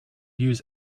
use